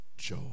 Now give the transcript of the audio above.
joy